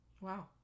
Wow